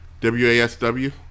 WASW